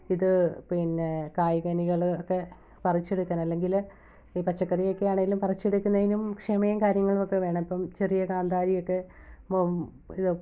ഇത് പിന്നെ കായ്കനികള് ഒക്കെ പറിച്ചെടുക്കാന് അല്ലെങ്കില് ഈ പച്ചക്കറിയൊക്കെ ആണേലും പറിച്ചെടുക്കുന്നതിനും ക്ഷമയും കാര്യങ്ങളൊക്കെ വേണം ഇപ്പം ചെറിയ കാന്താരിയൊക്കെ